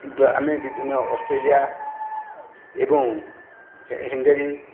ଆମେ ବିଭିନ୍ନ ଅଷ୍ଟ୍ରେଲିଆ ଏବଂ ହଙ୍ଗେରୀ